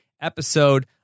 episode